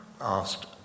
asked